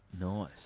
Nice